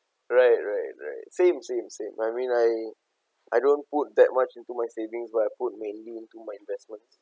right right right same same same I mean I I don't put that much into my savings but I put mainly into my investments